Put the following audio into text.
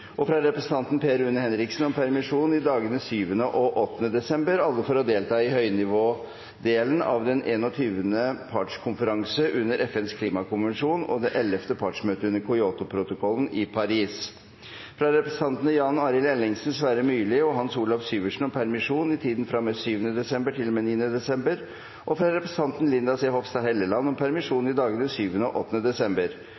desember fra representanten Per Rune Henriksen om permisjon i dagene 7. og 8. desember alle for å delta i høynivådelen av den 21. partskonferanse under FNs klimakonvensjon og det 11. partsmøte under Kyotoprotokollen – COP21 – i Paris fra representantene Jan Arild Ellingsen, Sverre Myrli og Hans Olav Syversen om permisjon i tiden fra og med 7. desember til og med 9. desember fra representanten Linda C. Hofstad Helleland om permisjon i dagene 7. og 8. desember